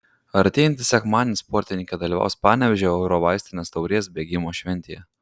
artėjantį sekmadienį sportininkė dalyvaus panevėžio eurovaistinės taurės bėgimo šventėje